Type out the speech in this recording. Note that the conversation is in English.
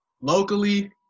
locally